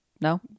No